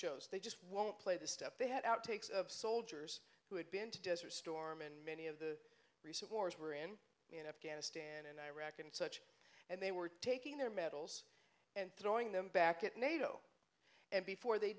shows they just won't play the step they had outtakes of soldiers who had been to desert storm and many of the recent wars were in in afghanistan and iraq and such and they were taking their medals and throwing them back at nato and before they